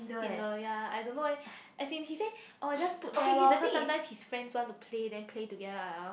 Tinder ya I don't know eh as in he say orh just put there lor cause sometimes his friends want to play then play together I like ah